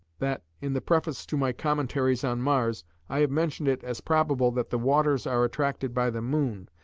that, in the preface to my commentaries on mars i have mentioned it as probable that the waters are attracted by the moon,